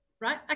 Right